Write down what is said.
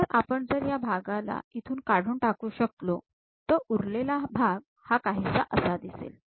तर आपण जर या भागाला इथून काढून टाकू शकलो तर उरलेला भाग हा काहीसा असा दिसेल